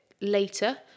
later